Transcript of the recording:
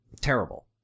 terrible